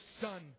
Son